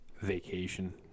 vacation